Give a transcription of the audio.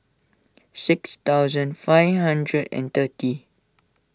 six thousand five hundred and thirty